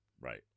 Right